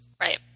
Right